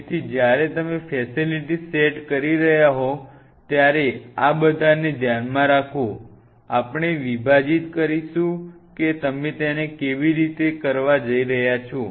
તેથી જ્યારે તમે ફેસિલિટી સેટ કરી રહ્યા હોવ ત્યારે આ બધાને ધ્યાનમાં રાખો આપણે વિભાજીત કરીશું કે તમે તેને કેવી રીતે કરવા જઇ રહ્યા છો